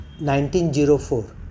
1904